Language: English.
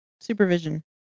supervision